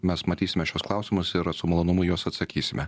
mes matysime šiuos klausimus ir su malonumu į juos atsakysime